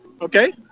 okay